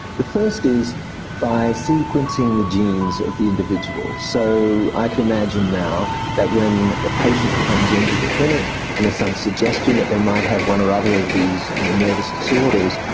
the first is by sequencing the genes of the individuals. so i can imagine now that when the patient comes into the clinic and there's some suggestion that they might have one or other of these nervous disorders,